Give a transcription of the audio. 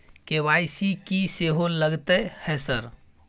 KYC की सेहो लगतै है सर?